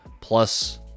plus